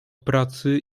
pracy